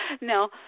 No